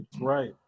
Right